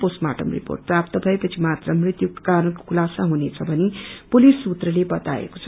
postmortem report प्राप्त भएपछि मात्र मृत्युको कारणको खुलासा हुनेछ भनी पुलिस सुत्रले बताएको छ